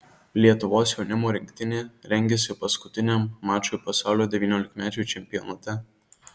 lietuvos jaunimo rinktinė rengiasi paskutiniam mačui pasaulio devyniolikmečių čempionate